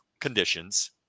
conditions